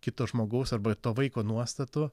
kito žmogaus arba to vaiko nuostatų